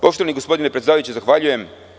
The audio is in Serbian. Poštovani gospodine predsedavajući, zahvaljujem.